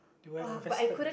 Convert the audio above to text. you would have invested